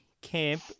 camp